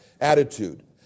attitude